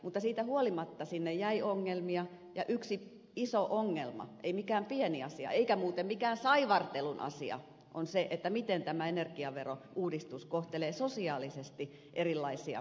mutta siitä huolimatta sinne jäi ongelmia ja yksi iso ongelma ei mikään pieni asia eikä muuten mikään saivartelun asia on se miten tämä energiaverouudistus kohtelee sosiaalisesti erilaisia tulonsaajia